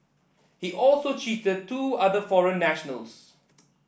he also cheated the two other foreign nationals